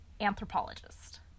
anthropologist